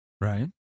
right